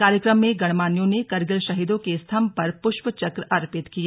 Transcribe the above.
कार्यक्रम में गणमान्यों ने करगिल शहीदों के स्तंभ पर पुष्पचक्र अर्पित किए